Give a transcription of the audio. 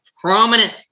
prominent